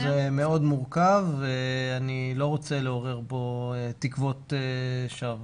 זה מאוד מורכב ואני לא רוצה לעורר פה תקוות שווא.